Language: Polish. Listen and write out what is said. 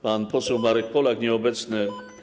Pan poseł Marek Polak, nieobecny.